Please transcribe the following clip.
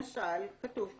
למשל, כתוב כאן,